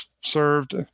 served